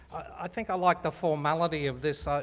i think i like the formality of this, ah